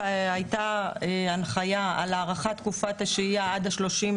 הייתה הנחיה על הארכת תקופת השהייה עד ה-31